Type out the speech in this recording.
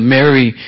Mary